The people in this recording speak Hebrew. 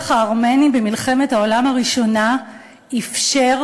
"טבח הארמנים במלחמת העולם הראשונה אפשר